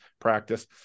practice